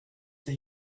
the